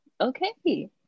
Okay